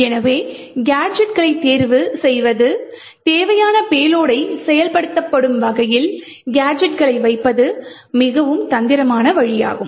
எனவே கேஜெட்களைத் தேர்வுசெய்து தேவையான பேலோடை செயல்படுத்தப்படும் வகையில் கேஜெட்களை வைப்பது மிகவும் தந்திரமான வழியாகும்